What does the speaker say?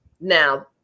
Now